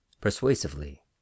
persuasively